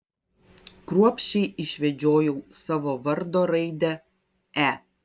kruopščiai išvedžiojau savo vardo raidę e